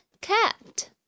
cat